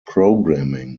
programming